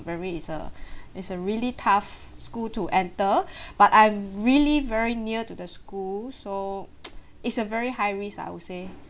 very it's a it's a really tough school to enter but I'm really very near to the school so it's a very high risk I would say